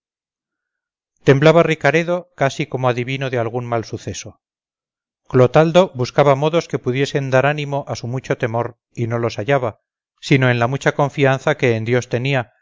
temblaba ricaredo casi como adivino de algún mal suceso clotaldo buscaba modos que pudiesen dar ánimo a su mucho temor y no los hallaba sino en la mucha confianza que en dios tenía